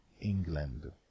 England